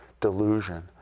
delusion